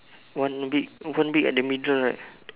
one big one big at the middle right